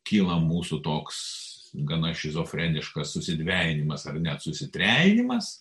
kyla mūsų toks gana šizofreniškas susidvejinimas ar net susitrejinimas